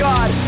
God